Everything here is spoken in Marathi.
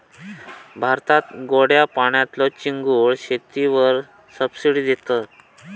भारतात गोड्या पाण्यातल्या चिंगूळ शेतीवर सबसिडी देतत